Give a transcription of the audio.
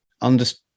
understand